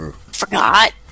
forgot